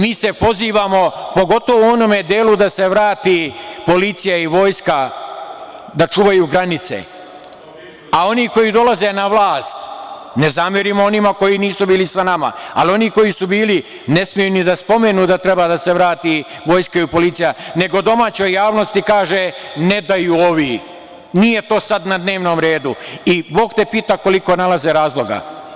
Mi se pozivamo, pogotovo u onom delu da se vrati policija i vojska da čuvaju granice, a oni koji dolaze na vlast, ne zamerimo onima koji nisu bili sa nama, ali oni koji su bili ne smeju ni da spomenu da treba da se vrati vojska i policija, nego domaćoj javnosti kažu – ne daju ovi, nije to sada na dnevnom redu i Bog te pita koliko nalaze razloga.